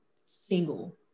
single